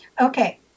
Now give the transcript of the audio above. Okay